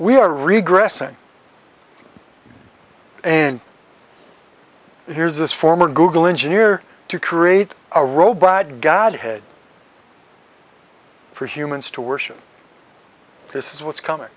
we are regressing and here's this former google engineer to create a robot god head for humans to worship this is what's coming